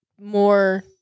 more